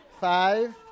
Five